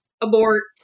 abort